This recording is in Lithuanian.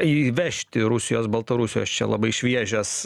įvežti rusijos baltarusijos čia labai šviežias